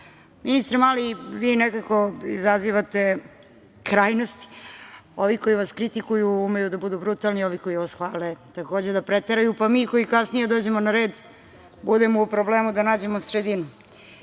Srbije. Ministre Mali, vi nekako izazivate krajnosti, ovi koji vas kritikuju umeju da budu brutalni, a ovi koji vas hvale takođe da preteraju, pa mi koji kasnije dođemo na red budemo u problemu da nađemo sredinu. Rebalans